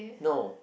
no